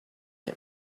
him